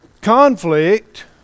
conflict